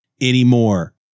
anymore